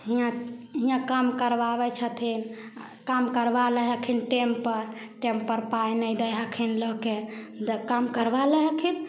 हिआँ हिआँ काम करबाबै छथिन काम करबा लै हखिन टेमपर टेमपर पाइ नहि दै हखिन लोकके काम करबा लै हखिन